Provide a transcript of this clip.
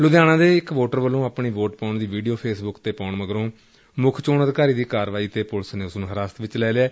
ਲੁਧਿਆਣਾ ਦੇ ਇਕ ਵੋਟਰ ਵੱਲੋ ਆਪਣੀ ਵੋਟ ਪਾਊਣ ਦੀ ਵੀਡੀਓ ਫੇਸ ਬੁੱਕ ਤੇ ਪਾਊਣ ਮਗਰੋ ਮੁੱਖ ਚੋਣ ਅਧਿਕਾਰੀ ਦੀ ਕਾਰਵਾਈ ਤੇ ਪੁਲਿਸ ਨੇ ਉਸ ਨੂੰ ਹਿਰਾਸਤ ਵਿਚ ਲੈ ਲਿਐ